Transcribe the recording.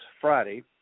Friday